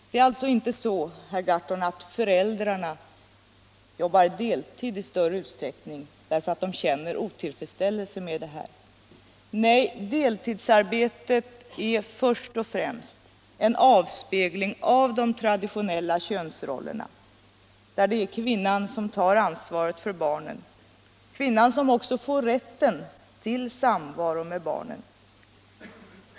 Det är alltså inte så, herr Gahrton, att föräldrarna arbetar deltid i större utsträckning, därför att de känner otillfredsställelse med det här. Nej, deltidsarbetet är först och främst en avspegling av de traditionella könsrollerna, där det är kvinnan som tar ansvaret för barnen och där det också är kvinnan som får rätten till samvaro med barnen.